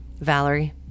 Valerie